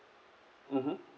mmhmm